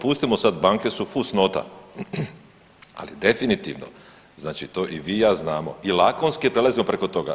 Pustimo sad, banke su fusnota, ali definitivno znači to i vi i ja znamo i lakonski prelazimo preko toga.